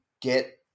get